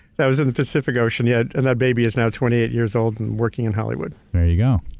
that was at the pacific ocean, yeah and that baby is now twenty eight years old, and working in hollywood. there you go.